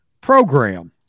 program